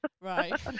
right